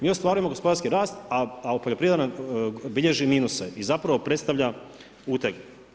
Mi ostvarujemo gospodarski rast a poljoprivreda nam bilježi minuse i zapravo predstavlja uteg.